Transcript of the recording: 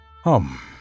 Hum